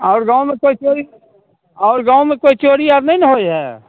आओर गाँवमे केओ चोरी आओर गाँवमे कोइ चोरी आर नहि ने होइए